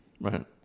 Right